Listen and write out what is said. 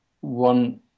one